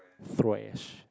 trash